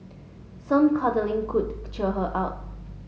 some cuddling could cheer her up